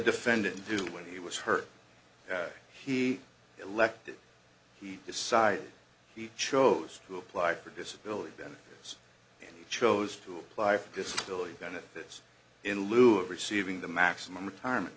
defendant do when he was hurt he elected he decided he chose to apply for disability benefits and chose to apply for disability benefits in lieu of receiving the maximum retirement